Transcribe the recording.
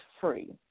free